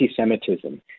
anti-Semitism